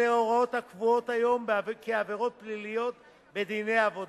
אלה הוראות הקבועות היום כעבירות פליליות בדיני עבודה,